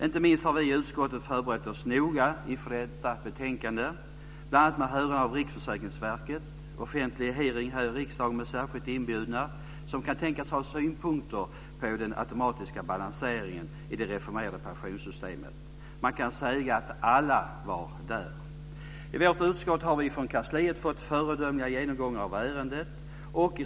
Inte minst har vi i utskottet förberett oss noga inför detta betänkande, bl.a. med hörande av Riksförsäkringsverket och offentlig hearing här i riksdagen med särskilt inbjudna som kunde tänkas ha synpunkter på den automatiska balanseringen i det reformerade pensionssystemet. Man kan säga att alla var där. I vårt utskott har vi från kansliet fått föredömliga genomgångar av ärendet.